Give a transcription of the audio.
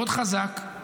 מאוד חזק,